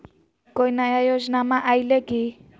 कोइ नया योजनामा आइले की?